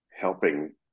helping